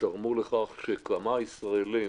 תרמו לכך שכמה ישראלים